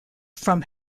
from